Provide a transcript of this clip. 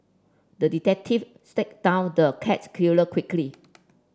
the detective stack down the cat killer quickly